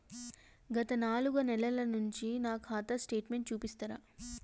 గత నాలుగు నెలల నుంచి నా ఖాతా స్టేట్మెంట్ చూపిస్తరా?